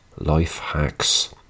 Lifehacks